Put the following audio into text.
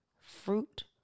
fruit